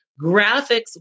graphics